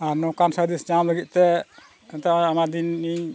ᱟᱨ ᱱᱚᱝᱠᱟᱱ ᱥᱟᱸᱫᱮᱥ ᱧᱟᱢ ᱞᱟᱹᱜᱤᱫ ᱛᱮ ᱮᱱᱛᱮ ᱟᱭᱢᱟ ᱫᱤᱱ ᱤᱧ